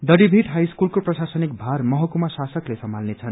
Dangibhit high स्कूलको प्रशासनिक भार महकुमा शासकले सम्भाल्ने छन्